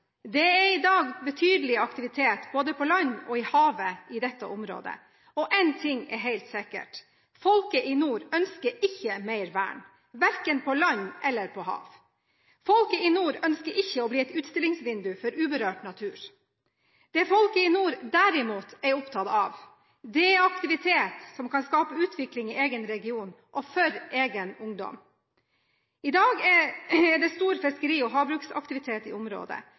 Det er i dag betydelig aktivitet både på land og i havet i dette området. Én ting er helt sikkert: Folket i nord ønsker ikke mer vern, hverken på land eller på hav. Folket i nord ønsker ikke å bli et utstillingsvindu for uberørt natur. Det folket i nord derimot er opptatt av, er aktivitet som kan skape utvikling i egen region og for egen ungdom. I dag er det stor fiskeri- og havbruksaktivitet i området,